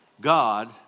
God